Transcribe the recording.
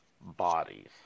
bodies